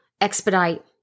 expedite